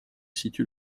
situe